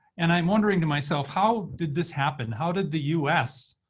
and i'm wondering to myself, how did this happen? how did the us,